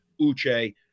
Uche